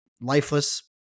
lifeless